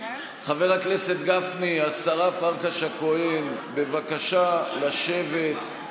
חבר הכנסת גפני, השרה פרקש הכהן, בבקשה לשבת.